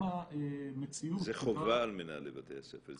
זו חובה על מנהלי בתי הספר.